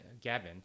Gavin